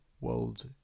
world